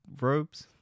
robes